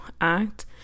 act